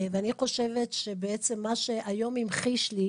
ואני חושבת שבעצם מה שהיום המחיש לי,